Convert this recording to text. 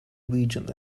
region